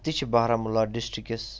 تہِ چھِ بارہمُلہ ڈسٹرک کِس